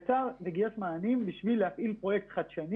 הוא יצר מענים בשביל להפעיל פרויקט חדשני